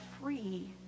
free